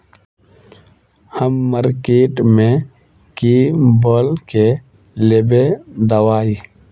हम मार्किट में की बोल के लेबे दवाई?